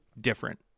different